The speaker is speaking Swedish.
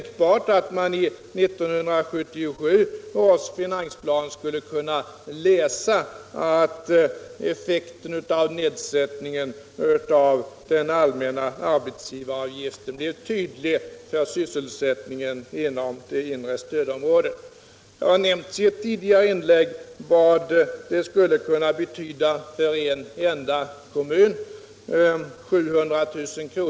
Kanske får man i 1977 års finansplan läsa att effekten av nedsättningen av den allmänna arbetsgivaravgiften blev tydlig för sysselsättningen inom det inre stödområdet. I ett tidigare inlägg har jag nämnt vad denna nedsättning skulle kunna betyda för en enda kommun: 700 000 kr.